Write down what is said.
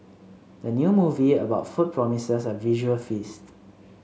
the new movie about food promises a visual feast